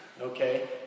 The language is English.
okay